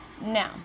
Now